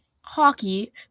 hockey